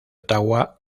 ottawa